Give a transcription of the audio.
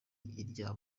irya